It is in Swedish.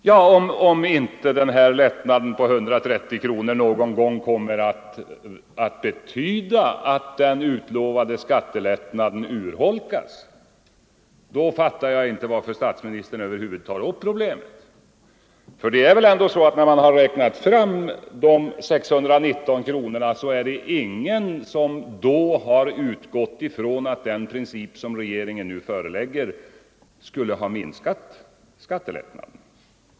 Om den här borttagna rätten att dra av sjukförsäkringsavgiften inte någon gång kommer att betyda att den utlovade skattelättnaden urholkas, fattar jag inte varför statsministern över huvud taget tar upp problemet. När man har räknat fram de 619 kronorna har ingen förutsett den princip som regeringen nu framlägger och som minskar skattelättnaden.